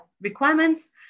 requirements